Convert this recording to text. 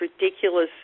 ridiculous